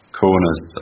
corners